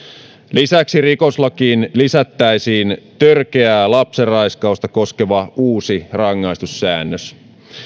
lisäksi rikoslakiin lisättäisiin törkeää lapsenraiskausta koskeva uusi rangaistussäännös